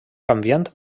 canviant